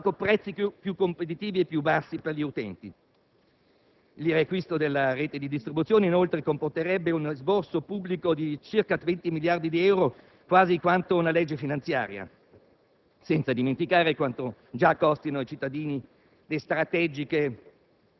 più liberalizzazione, più mercato, più competitività e con questo anche prezzi più competitivi e più bassi per gli utenti. Il riacquisto della rete di distribuzione inoltre comporterebbe un esborso pubblico di circa 20 miliardi di euro, quasi quanto una legge finanziaria,